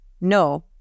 No